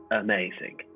amazing